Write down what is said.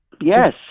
Yes